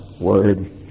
Word